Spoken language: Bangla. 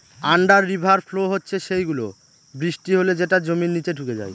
আন্ডার রিভার ফ্লো হচ্ছে সেই গুলো, বৃষ্টি হলে যেটা জমির নিচে ঢুকে যায়